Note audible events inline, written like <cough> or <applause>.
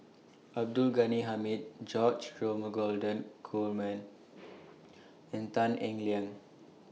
Abdul Ghani Hamid George Dromgold Coleman <noise> and Tan Eng Liang